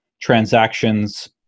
transactions